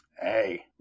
hey